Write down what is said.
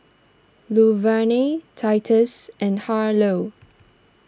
Luverne Titus and Harlow